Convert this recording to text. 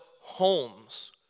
homes